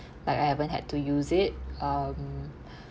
like I haven't had to use it um